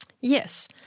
Yes